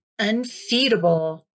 unfeedable